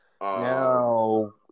No